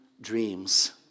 dreams